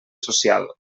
social